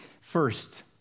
first